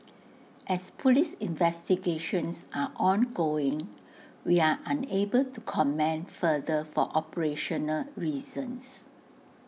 as Police investigations are ongoing we are unable to comment further for operational reasons